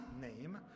name